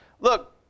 look